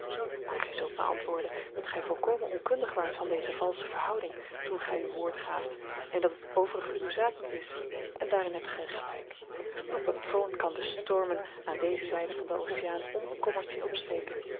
maar gij zult mij antwoorden dat gij volkomen onkundig waart van deze valsche verhouding toen gij uw woord gaaft en dat het overige uwe zaak niet is en daarin hebt gij gelijk uw patroon kan de stormen aan deze zijde van den oceaan onbekommerd zien opsteken